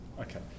Okay